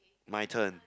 my turn